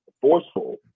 forceful